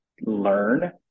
learn